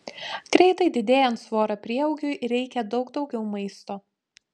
greitai didėjant svorio prieaugiui reikia daug daugiau maisto